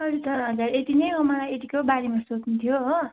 अरू त हजुर यति नै हो मलाई यतिकै बारेमा सोध्नु थियो हो